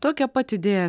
tokią pat idėją